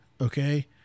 Okay